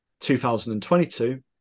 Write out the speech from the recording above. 2022